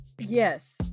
yes